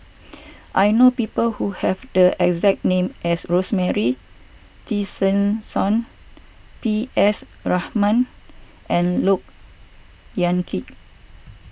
I know people who have the exact name as Rosemary Tessensohn P S Rahaman and Look Yan Kit